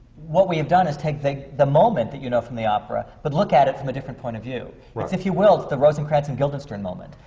what we have done is take take the moment that you know from the opera, but look at it from a different point of view. if you will, it's the rosencrantz and guildenstern moment,